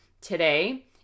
today